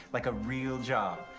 like a real job.